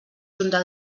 junta